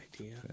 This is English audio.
idea